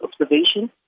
observation